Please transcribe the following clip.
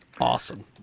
Awesome